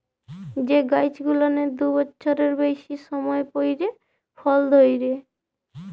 যে গাইছ গুলানের দু বচ্ছরের বেইসি সময় পইরে ফল ধইরে